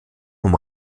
vom